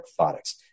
orthotics